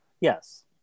yes